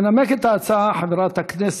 הרשימה המשותפת,